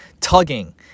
tugging